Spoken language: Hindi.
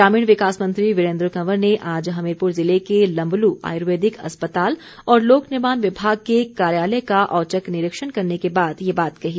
ग्रामीण विकास मंत्री वीरेन्द्र कंवर ने आज हमीरपुर जिले के लम्बल आयुर्वेदिक अस्पताल और लोक निर्माण विभाग के कार्यालय का औचक निरीक्षण करने के बाद ये बात कही